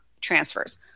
transfers